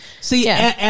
See